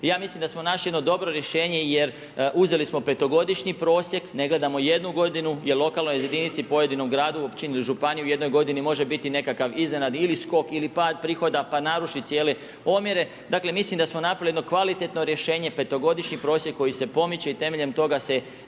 ja mislim da smo našli jedno dobro rješenje, jer uzeli smo peto godišnji prosjek, ne gledamo jednu godinu, jer lokalnoj jedinici, pojedinom gradu, općini ili županiji u jednoj godini može biti nekakav iznenadni, ili skok, ili pad prihoda, pa naruši cijele omjere. Dakle, mislim da smo napravili jedno kvalitetno rješenje, petogodišnji prosjek koji se pomiče i temeljem toga se